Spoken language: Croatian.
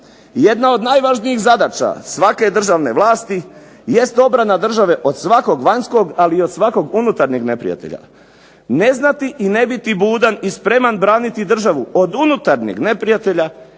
jedna od najvažnijih zadaća svake državne vlasti jeste obrana države od svakog vanjskog, ali i od svakog unutarnjeg neprijatelja. Ne znati i ne biti budan i spreman braniti državu od unutarnjeg neprijatelja